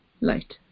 light